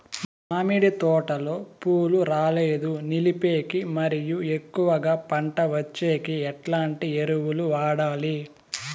మామిడి తోటలో పూలు రాలేదు నిలిపేకి మరియు ఎక్కువగా పంట వచ్చేకి ఎట్లాంటి ఎరువులు వాడాలి?